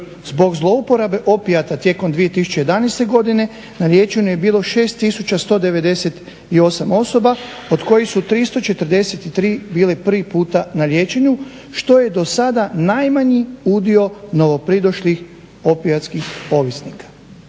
Zbog zlouporabe opijate tijekom 2011. godine na liječenju je bilo 6198 osoba, od kojih su 343 bile prvi puta na liječenju što je dosada najmanji udio novopridošlih opijatskih ovisnika.